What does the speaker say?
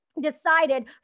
decided